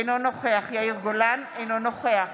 אינו נוכח יאיר גולן, אינו נוכח